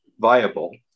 viable